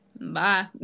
bye